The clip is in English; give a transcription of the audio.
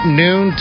noon